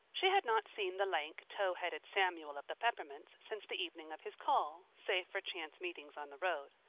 she had not seen the lank, tow-headed samuel of the peppermints since the evening of his call, save for chance meetings on the road.